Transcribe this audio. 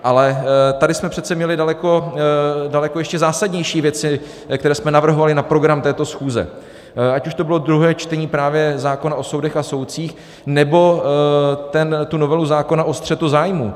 Ale tady jsme přece měli daleko ještě zásadnější věci, které jsme navrhovali na program této schůze, ať už to bylo druhé čtení právě zákona o soudech a soudcích, nebo tu novelu zákona o střetu zájmů.